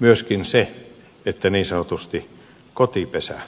myöskin se että niin sanotusti kotipesä kestää